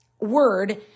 word